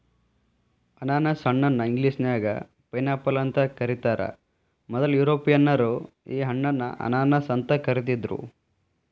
ಅನಾನಸ ಹಣ್ಣ ಇಂಗ್ಲೇಷನ್ಯಾಗ ಪೈನ್ಆಪಲ್ ಅಂತ ಕರೇತಾರ, ಮೊದ್ಲ ಯುರೋಪಿಯನ್ನರ ಈ ಹಣ್ಣನ್ನ ಅನಾನಸ್ ಅಂತ ಕರಿದಿದ್ರು